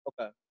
Okay